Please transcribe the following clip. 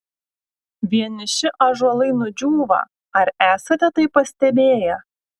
vieniši ąžuolai nudžiūva ar esate tai pastebėję